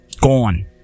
Gone